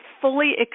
fully